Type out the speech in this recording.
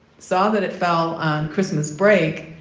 saw that it fell on christmas break.